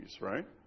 right